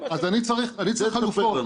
אז אני צריך חלופות.